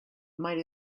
might